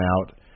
out